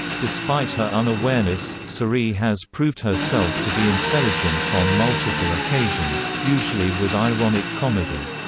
despite her unawareness, cerie has proved herself to be intelligent on multiple occasions, usually with ironic comedy.